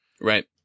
Right